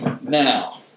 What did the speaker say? Now